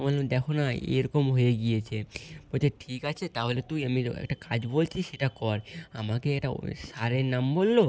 বললাম দেখো না এরকম হয়ে গিয়েছে বলছে ঠিক আছে তাহলে তুই আমি রো একটা কাজ বলছি সেটা কর আমাকে এটা ওই সারের নাম বললো